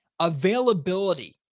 availability